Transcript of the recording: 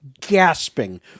gasping